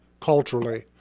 culturally